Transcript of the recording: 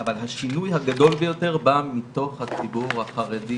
אבל השינוי הגדול ביותר בא מתוך הציבור החרדי